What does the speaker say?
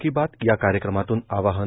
कि बात या कार्यक्रमातून आवाहन